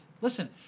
listen